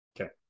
okay